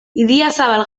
idiazabal